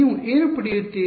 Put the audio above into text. ನೀವು ಏನು ಪಡೆಯುತ್ತೀರಿ